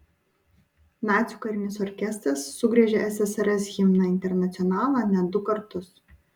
nacių karinis orkestras sugriežė ssrs himną internacionalą net du kartus